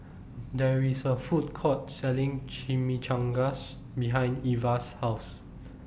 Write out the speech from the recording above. There IS A Food Court Selling Chimichangas behind Ivah's House